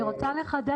אני רוצה לחדד.